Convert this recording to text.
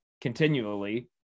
continually